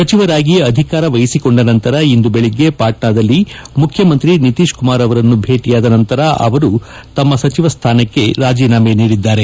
ಸಚಿವರಾಗಿ ಅಧಿಕಾರ ವಹಿಸಿಕೊಂಡ ನಂತರ ಇಂದು ಬೆಳಗ್ಗೆ ಪಾಟ್ವಾದಲ್ಲಿ ಮುಖ್ಚಮಂತ್ರಿ ನಿತೀಶ್ ಕುಮಾರ್ ಅವರನ್ನು ಭೇಟಿಯಾದ ನಂತರ ಮೇವಾಲಾಲ್ ಚೌಧರಿ ಅವರು ತಮ್ನ ಸಚಿವ ಸ್ಥಾನಕ್ಕೆ ರಾಜೀನಾಮೆ ನೀಡಿದ್ದಾರೆ